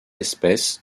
espèces